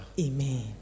amen